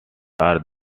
are